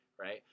right